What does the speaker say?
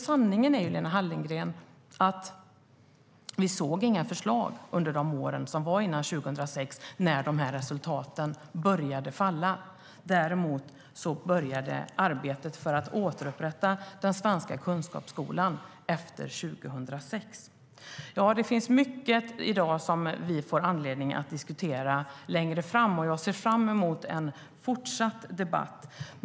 Sanningen är ju, Lena Hallengren, att vi inte såg några förslag under de år före 2006 då resultaten började falla. Efter 2006 började däremot arbetet för att återupprätta den svenska kunskapsskolan. Det finns mycket som vi får anledning att diskutera längre fram. Jag ser fram emot en fortsatt debatt.